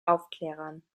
aufklärern